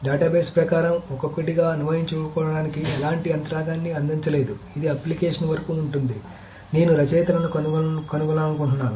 database ప్రకారం ఒక్కొక్కటిగా అన్వయించుకోవడానికి ఎలాంటి యంత్రాంగాన్ని అందించలేదు ఇది అప్లికేషన్ వరకు ఉంటుంది నేను రచయితలను కనుగొనాలను కుంటున్నాను